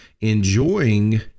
enjoying